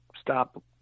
stop